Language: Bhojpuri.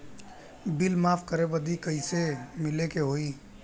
बिल माफ करे बदी कैसे मिले के होई?